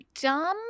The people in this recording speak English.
dumb